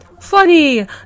Funny